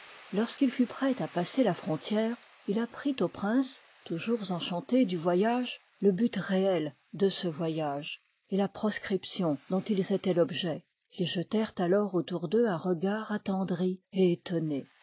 lorsqu'il fut prêt à passer la frontière il apprit aux princes toujours enchantés du voyage le but réel de ce voyage et la proscription dont ils étoient l'objet ils jetèrent alors autour d'eux un regard attendri et étonné